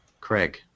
Craig